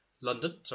London